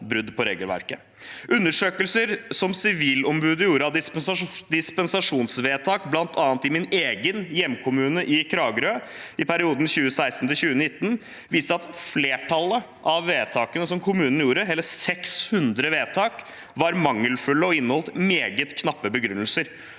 brudd på regelverket. Undersøkelser som Sivilombudet gjorde av dispensasjonsvedtak – bl.a. i min egen hjemkommune, Kragerø – i perioden 2016–2019, viste at flertallet av vedtakene som kommunen fattet, hele 600 vedtak, var mangelfulle og inneholdt meget knappe begrunnelser.